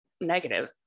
negative